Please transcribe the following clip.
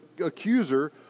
accuser